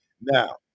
Now